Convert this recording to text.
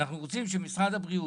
אנחנו רוצים שמשרד הבריאות,